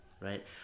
Right